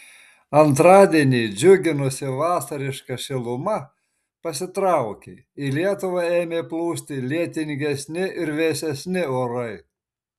antradienį džiuginusi vasariška šiluma pasitraukė į lietuvą ėmė plūsti lietingesni ir vėsesni orai